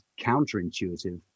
counterintuitive